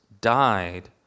died